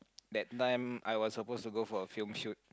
that time I was supposed to go for a film shoot